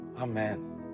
Amen